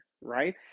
right